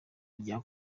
rya